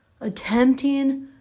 attempting